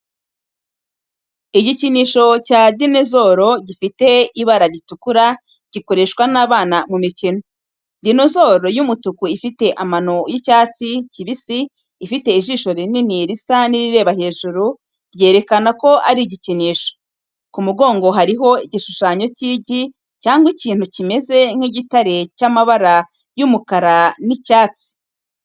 Igikinisho cya dinozoro gifite ibara ritukura, gikoreshwa n’abana mu mikino. Dinozoro y’umutuku ifite amano y’icyatsi kibisi, ifite ijisho rinini risa n’irireba hejuru, ryerekana ko ari igikinisho. Ku mugongo hariho igishushanyo cy’igi, cyangwa ikintu kimeze nk'igitare cy’amabara y’umukara n'icyatsi.